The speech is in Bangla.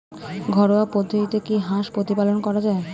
ঘরোয়া পদ্ধতিতে কি হাঁস প্রতিপালন করা যায়?